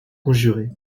conjurés